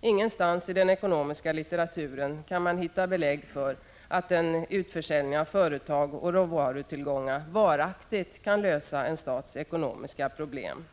Ingenstans i den ekonomiska litteraturen kan man hitta belägg för att en utförsäljning av företag och råvarutillgångar varaktigt kan lösa en stats ekonomiska problem.